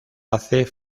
ace